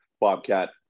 Bobcat